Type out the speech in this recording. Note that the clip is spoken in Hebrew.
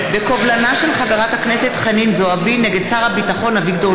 ושל חברת הכנסת שלי יחימוביץ, שגם היא בעד.